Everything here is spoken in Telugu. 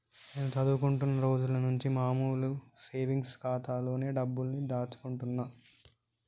నేను చదువుకుంటున్న రోజులనుంచి మామూలు సేవింగ్స్ ఖాతాలోనే డబ్బుల్ని దాచుకుంటున్నా